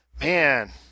man